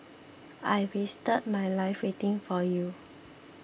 I wasted my life waiting for you